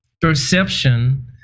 perception